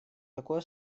такое